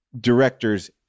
directors